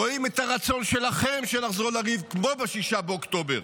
רואים את הרצון שלכם לחזור לריב כמו ב-6 באוקטובר,